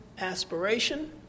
aspiration